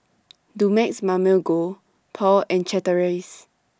Dumex Mamil Gold Paul and Chateraise